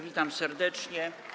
Witam serdecznie.